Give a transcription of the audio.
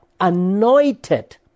anointed